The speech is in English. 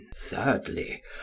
thirdly